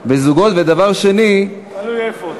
מתחשבים בזוגות, ודבר שני, תלוי איפה.